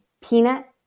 peanut